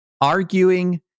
arguing